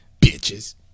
Bitches